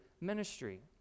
ministry